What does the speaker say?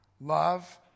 love